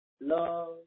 love